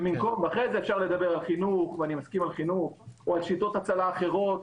אחרי זה אפשר לדבר על החינוך או על שיטות הצלה אחרות.